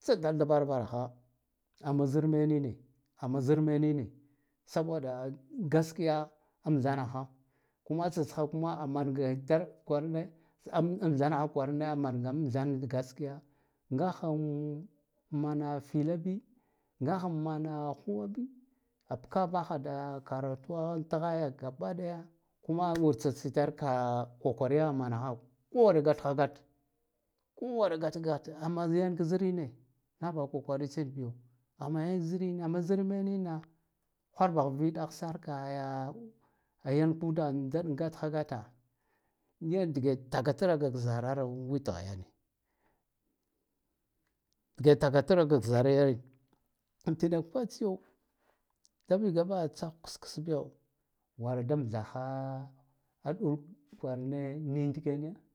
tsa data da vara varaha amma zar menune ama zar menune saboda gaskiya amthanala kuma tsatsha kuma aa mangitar kwara ne amthanaha kwarane na amthand gaskiya ngahha mana fila bi ngaha mana huwa bi abkavaha karatuwaha athaya gabadaya kuma a war tsa tsitar ka kokoriya ha manaha kowar gat ha gata ko ware gat ha gata ama yan kaziri ne nah bahha kokari tsin biyo am ma zir menin ra hwar bah gwi ɗah sar ka yan kuda habi thabb gat hagata yar dige takatraka k za raro witha yan dige takatraka ka zara yane an tinak fatsiyo da vigabaha tsahwa ksks biyo war da amthaha a ɗul dul kwarane yan dik yane.